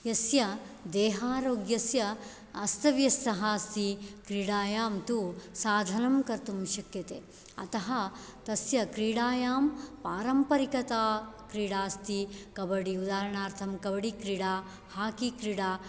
यस्य देहारोग्यस्य अस्तव्यस्तः अस्ति क्रीडायां तु साधनं कर्तुं शक्यते अतः तस्य क्रीडायां पारम्परिकता क्रीडा अस्ति कबडि उदाहरणार्थं कबडिक्रीडा हाकिक्रीडा